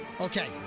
Okay